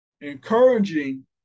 encouraging